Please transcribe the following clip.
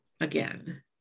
again